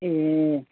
ए